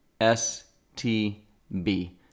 S-T-B